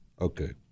Okay